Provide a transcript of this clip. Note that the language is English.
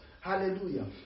Hallelujah